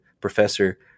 professor